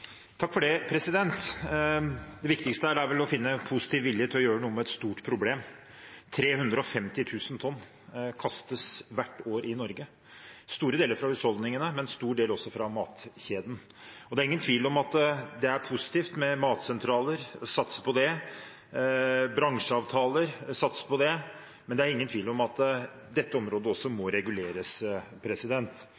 vel å finne positiv vilje til å gjøre noe med et stort problem. 350 000 tonn kastes hvert år i Norge – store deler fra husholdningene, men en stor del også fra matkjedene. Det er positivt å satse på matsentraler, å satse på bransjeavtaler, men det er ingen tvil om at dette området også må